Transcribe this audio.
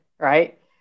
right